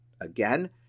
Again